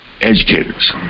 educators